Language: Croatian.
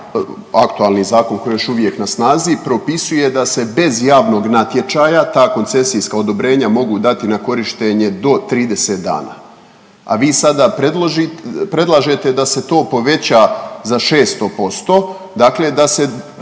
aktualni zakon koji je još uvijek na snazi propisuje da se bez javnog natječaja ta koncesijska odobrenja mogu dati na korištenje do 30 dana, a vi sada predlažete da se to poveća za 600%, dakle da se